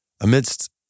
amidst